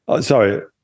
Sorry